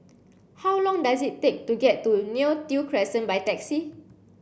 how long does it take to get to Neo Tiew Crescent by taxi